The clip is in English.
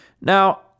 Now